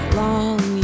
long